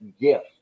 gift